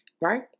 Right